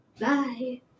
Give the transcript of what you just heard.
Bye